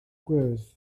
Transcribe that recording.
gwyrdd